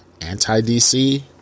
anti-DC